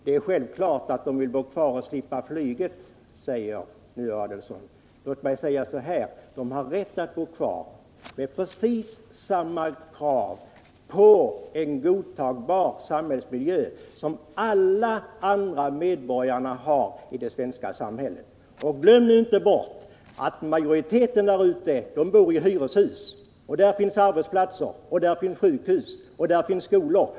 Det är självklart att de vill bo kvar och slippa flyget, säger Ulf Adelsohn. Låt mig säga så här: De har rätt att bo kvar och att ha precis samma krav på en godtagbar samhällsmiljö som alla andra medborgare i det svenska samhället har. Glöm nu inte bort att majoriteten där ute bor i hyreshus. Där finns vidare arbetsplatser, sjukhus, skolor och barndaghem. Försök inte göra villaägarna till en särskild målgrupp.